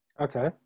Okay